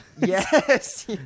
Yes